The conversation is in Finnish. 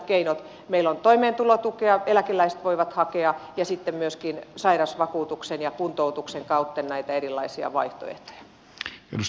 meillä on toimeentulotukea jota eläkeläiset voivat hakea ja sitten myöskin sairausvakuutuksen ja kuntoutuksen kautta näitä erilaisia vaihtoehtoja